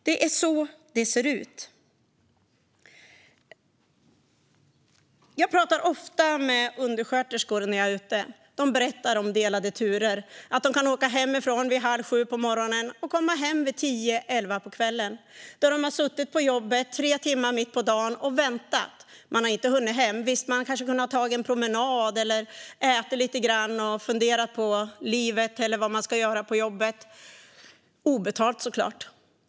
Det är så det ser ut. Jag pratar ofta med undersköterskor när jag är ute. De berättar om delade turer. De kan åka hemifrån vid halv sju på morgonen och komma hem vid tio-elva på kvällen. Samtidigt har de fått sitta på jobbet i tre timmar mitt på dagen och vänta. Under den tiden har de inte hunnit åka hem, men de kanske har kunnat ta en promenad, ätit lite grann och funderat på livet eller vad de ska göra på jobbet - obetalt, så klart.